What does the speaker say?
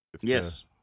Yes